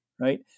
right